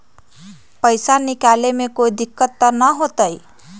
पैसा निकाले में कोई दिक्कत त न होतई?